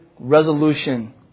resolution